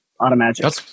automatic